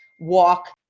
walk